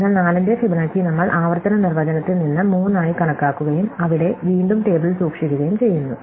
അതിനാൽ 4 ന്റെ ഫിബൊനാച്ചി നമ്മൾ ആവർത്തന നിർവചനത്തിൽ നിന്ന് 3 ആയി കണക്കാക്കുകയും അവിടെ വീണ്ടും ടേബിളിൽ സൂക്ഷിക്കുകയും ചെയ്യുന്നു